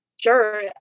sure